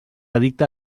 addicte